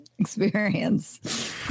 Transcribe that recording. experience